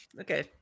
okay